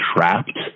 Trapped